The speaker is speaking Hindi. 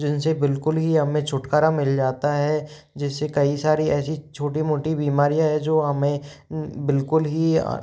जिनसे बिल्कुल ही हमें छुटकारा मिल जाता है जिससे कई सारी ऐसी छोटी मोटी बीमारियाँ है जो हमें बिल्कुल ही